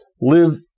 live